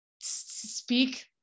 speak